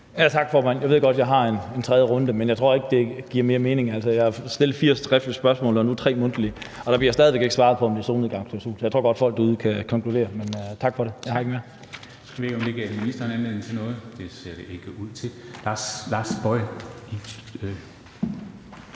Tak, formand. Jeg ved godt, jeg har en tredje runde, men jeg tror ikke, det giver mere mening. Altså, jeg har stillet fire skriftlige spørgsmål og nu tre mundtlige. Og der bliver stadig væk ikke svaret på, om der er en solnedgangsklausul. Så jeg tror godt, folk derude kan konkludere. Men tak, jeg